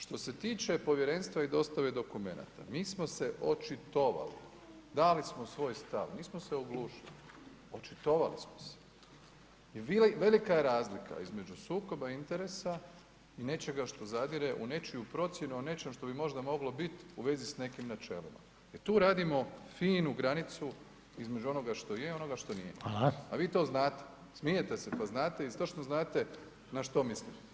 Što se tiče povjerenstva i dostave dokumenata mi smo se očitovali, dali smo svoj stav, nismo se oglušili, očitovali smo se i velika je razlika između sukoba interesa i nečega što zadire u nečiju procjenu o nečem što bi možda moglo bit u vezi s nekim načelom, a tu radimo finu granicu između onoga što je i onoga što nije [[Upadica: Hvala.]] a vi to znate, smijete se pa znate, isto što znate na što mislim.